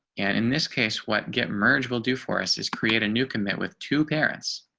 and in this case, what get merged will do for us is create a new commit with two parents